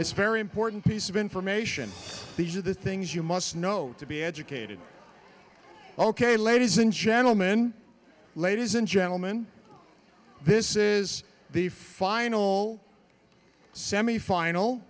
it's very important piece of information these are the things you must know to be educated ok ladies and gentlemen ladies and gentleman this is the final semifinal